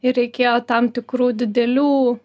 ir reikėjo tam tikrų didelių